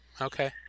Okay